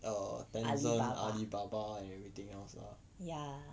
err Tencent Alibaba and everything else lah